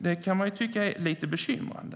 Det kan jag tycka är lite bekymrande.